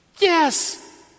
Yes